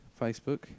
Facebook